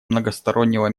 многостороннего